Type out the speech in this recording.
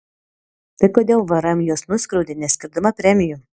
tai kodėl vrm juos nuskriaudė neskirdama premijų